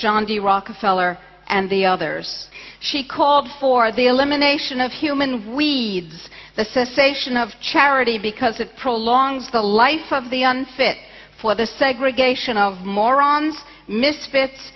john d rockefeller and the others she called for the elimination of human we as the cessation of charity because it prolongs the life of the unfit for the segregation of morons misfits